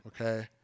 okay